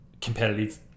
competitive